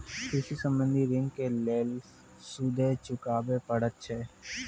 कृषि संबंधी ॠण के लेल सूदो चुकावे पड़त छै?